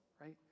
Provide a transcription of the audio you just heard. right